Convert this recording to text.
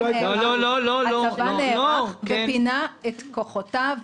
הצבא נערך ופינה את כוחותיו,